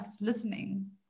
listening